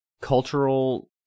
cultural